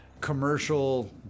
commercial